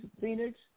Phoenix